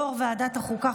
יו"ר ועדת החוקה,